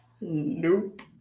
nope